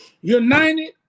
United